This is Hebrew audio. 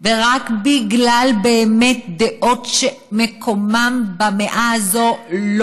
ורק בגלל דעות שמקומן במאה הזאת,